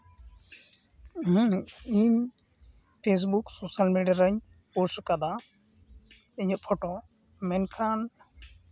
ᱦᱩᱸ ᱤᱧ Facebook social ᱢᱤᱰᱤᱭᱟᱨᱤᱧ ᱯᱳᱥᱴ ᱟᱠᱟᱫᱟ ᱤᱧᱟᱹᱜ ᱯᱷᱚᱴᱳ ᱢᱮᱱᱠᱷᱟᱱ